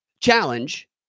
challenge